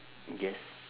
yes